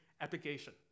application